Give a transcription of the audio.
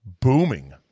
booming